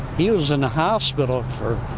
he was in the hospital for.